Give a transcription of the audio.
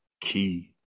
key